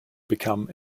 become